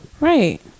right